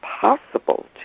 possible